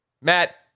Matt